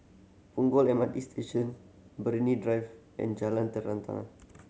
Punggol M R T Station Drive and Jalan Terentang